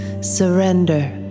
Surrender